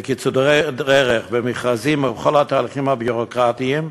בקיצורי דרך, במכרזים ובכל התהליכים הביורוקרטיים,